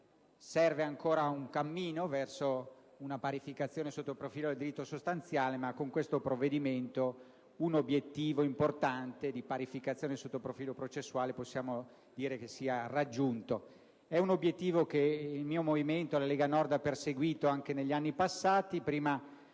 Serve ancora un cammino verso una parificazione sotto il profilo di diritto sostanziale, ma con questo provvedimento un obiettivo importante, di parificazione sotto il profilo processuale, possiamo dire che sia raggiunto. È un obiettivo che il mio movimento, la Lega Nord, ha perseguito anche negli anni passati.